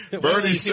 Bernie